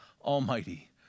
Almighty